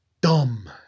dumb